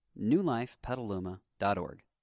newlifepetaluma.org